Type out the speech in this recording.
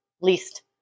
least